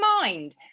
mind